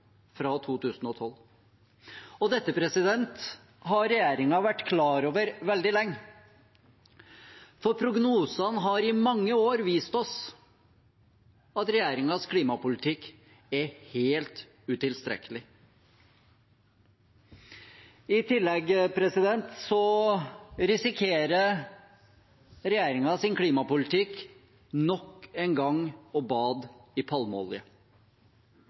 fra 2012. Dette har regjeringen vært klar over veldig lenge, for prognosene har i mange år vist oss at regjeringens klimapolitikk er helt utilstrekkelig. I tillegg risikerer regjeringens klimapolitikk nok en gang å bade i palmeolje.